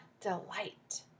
delight